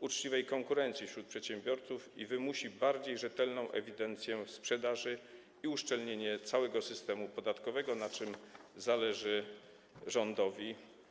uczciwej konkurencji wśród przedsiębiorców i wymusi bardziej rzetelną ewidencję sprzedaży i uszczelnienie całego systemu podatkowego, na czym zależy rządowi.